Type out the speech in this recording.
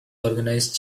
organize